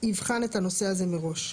יבחן את הנושא הזה מראש.